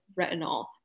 retinol